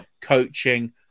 coaching